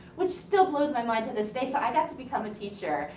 which still blows my mind to this day. so, i got to become a teacher.